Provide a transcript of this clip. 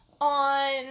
on